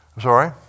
Sorry